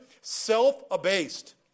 self-abased